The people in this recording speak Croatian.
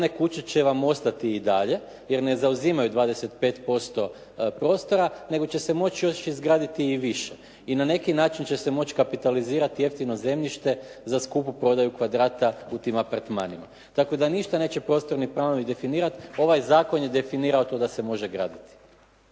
kuće će vam ostati i dalje, jer ne zauzimaju 25% prostora, nego će se moći još izgraditi i više i na neki način će se moći kapitalizirati jeftino zemljište za skupu prodaju kvadrata u tim apartmanima. Tako da ništa neće prostorni planovi definirati. Ovaj zakon je definirao to da se može graditi.